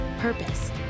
purpose